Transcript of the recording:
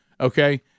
okay